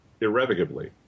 irrevocably